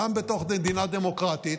גם בתוך מדינה דמוקרטית